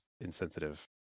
insensitive